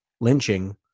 lynching